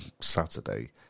Saturday